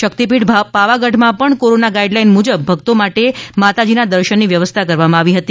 શક્તિપીઠ પાવાગઢમાં પણ corona guideline મુજબ ભક્તો માટે માતાજીના દર્શનની વ્યવસ્થા કરવામાં આવી હતી